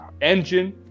engine